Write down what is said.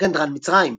- "גנדרן מצרים"